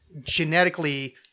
genetically